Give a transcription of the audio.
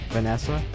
Vanessa